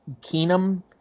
Keenum